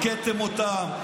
הכתם אותם,